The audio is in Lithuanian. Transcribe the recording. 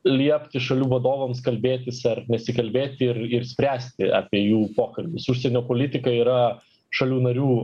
liepti šalių vadovams kalbėtis ar nesikalbėti ir ir spręsti apie jų pokalbius užsienio politika yra šalių narių